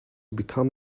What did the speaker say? become